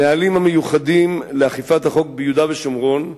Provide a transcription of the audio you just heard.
הנהלים המיוחדים לאכיפת החוק ביהודה ושומרון,